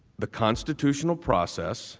the constitutional process